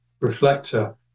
reflector